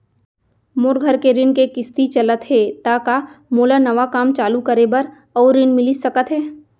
मोर घर के ऋण के किसती चलत हे ता का मोला नवा काम चालू करे बर अऊ ऋण मिलिस सकत हे?